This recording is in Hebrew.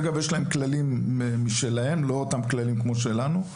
אגב, יש להם כללים משלהם, לא אותם כללים כמו שלנו.